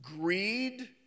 greed